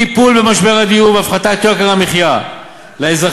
טיפול במשבר הדיור והפחתת יוקר המחיה לאזרחים,